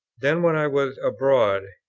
then, when i was abroad,